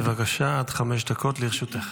בבקשה, עד חמש דקות לרשותך.